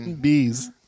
bees